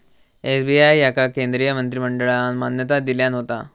SBI याका केंद्रीय मंत्रिमंडळान मान्यता दिल्यान होता